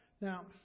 Now